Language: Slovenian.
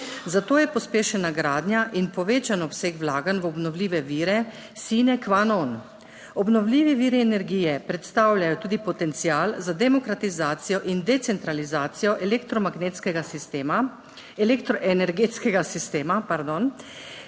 Zato je pospešena gradnja in povečan obseg vlaganj v obnovljive vire "sin qua non". Obnovljivi viri energije predstavljajo tudi potencial za demokratizacijo in decentralizacijo elektromagnetnega sistema,